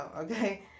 okay